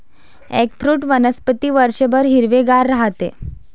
eggfruit वनस्पती वर्षभर हिरवेगार राहते